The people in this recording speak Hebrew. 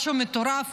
משהו מטורף,